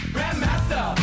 Grandmaster